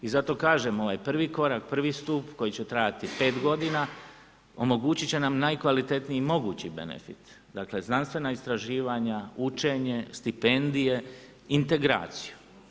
I zato kažem ovaj prvi korak, prvi stup koji će trajati 5 g. omogućit će nam najkvalitetniji mogući benefit, dakle znanstvena istraživanja, učenje, stipendije, integraciju.